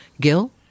Gil